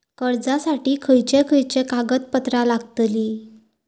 कर्जासाठी खयचे खयचे कागदपत्रा लागतली?